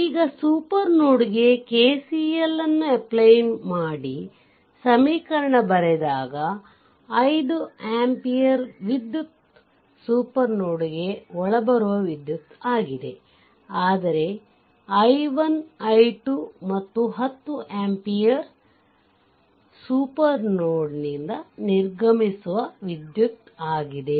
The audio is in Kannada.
ಈಗ ಸೂಪರ್ ನೋಡ್ ಗೆ KCL ಅಪ್ಪ್ಲಯ್ ಮಾಡಿ ಸಮೀಕರಣ ಬರೆದಾಗ 5 ಅಂಪಿಯರ್ ವಿದ್ಯುತ್ ಸೂಪರ್ ನೋಡ್ ಗೆ ಒಳಬರುವ ವಿದ್ಯುತ್ ಆಗಿದೆ ಆದರೆ i1 i2 ಮತ್ತು 10 ಅಂಪಿಯರ್ ಸೂಪರ್ ನೋಡ್ ನಿಂದ ನಿರ್ಗಮಿಸುವ ವಿದ್ಯುತ್ ಆಗಿದೆ